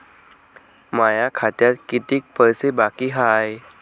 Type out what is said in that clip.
माया खात्यात कितीक पैसे बाकी हाय?